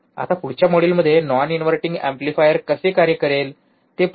आता पुढच्या मॉड्यूलमध्ये नॉन इनव्हर्टिंग एम्प्लीफायर कसे कार्य करेल ते पाहू